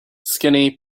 skinny